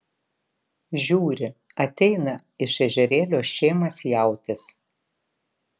žiūri ateina iš ežerėlio šėmas jautis